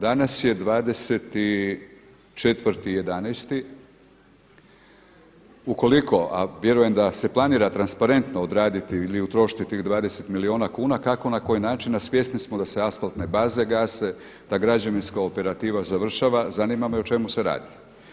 Danas je 24.11. ukoliko, a vjerujem da se planira transparentno odraditi ili utrošiti tih 20 milijuna kuna kako na koji način, a svjesni smo da se asfaltne baze gase, da građevinska operativa završava zanima me o čemu se radi?